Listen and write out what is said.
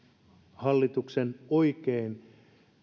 hallituksen oikein